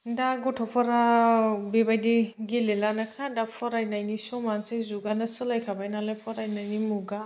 दा गथ'फोराव बेबायदि गेलेलानोखा दा फरायनायनि समानसै जुगानो सोलायखाबाय नालाय फरायनायनि मुगा